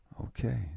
Okay